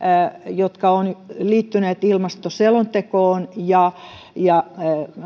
jotka ovat liittyneet ilmastoselontekoon ja ja